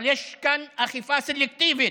אבל יש כאן אכיפה סלקטיבית.